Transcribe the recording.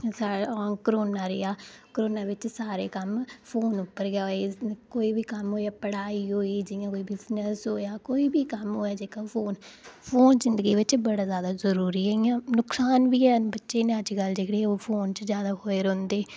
corona रेहा corona बिच सारे कम्म फोन उप्पर गै होए कोई बी कम्म होए पढ़ाई होए बिजनस होए कोई बी कम्म होए जेह्का फोन जिंदगी बिच बड़ा जादा जरूरी ऐ इ'यां नुक्सान बी हैन बच्चे न अजकल जेह्ड़े ओह् फोन च जादा खोए रौंह्दे